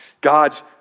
God's